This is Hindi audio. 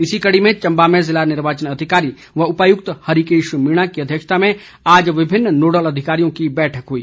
इसी कड़ी में चंबा में ज़िला निर्वाचन अधिकारी व उपायुक्त हरीकेश मीणा की अध्यक्षता में आज विभिन्न नोडल अधिकारियों की बैठक हुई